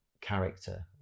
character